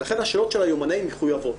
לכן השאלות של היומנאי מחויבות